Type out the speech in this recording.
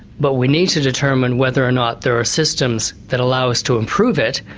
but we need to determine whether or not there are systems that allow us to improve it,